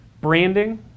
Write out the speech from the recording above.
Branding